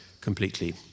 completely